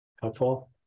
helpful